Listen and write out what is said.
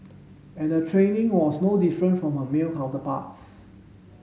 and her training was no different from her male counterparts